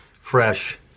fresh